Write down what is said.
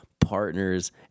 partners